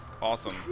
awesome